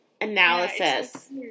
Analysis